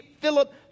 Philip